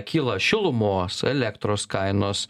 kyla šilumos elektros kainos